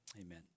Amen